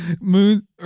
moon